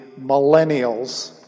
millennials